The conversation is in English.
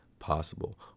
possible